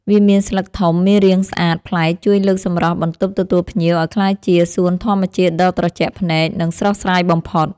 វាមានស្លឹកធំមានរាងស្អាតប្លែកជួយលើកសម្រស់បន្ទប់ទទួលភ្ញៀវឱ្យក្លាយជាសួនធម្មជាតិដ៏ត្រជាក់ភ្នែក និង ស្រស់ស្រាយបំផុត។